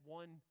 one